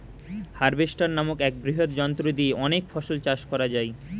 harvester নামক এক বৃহৎ যন্ত্র দিয়ে অনেক ফসল চাষ করা যায়